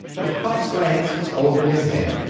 but hupp's glance was over his head.